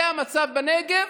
זה המצב בנגב,